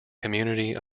community